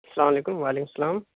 السلام علیکم وعلیکم السلام